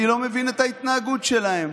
אני לא מבין את ההתנהגות שלהם.